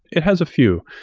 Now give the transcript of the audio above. it has a few.